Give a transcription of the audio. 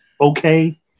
okay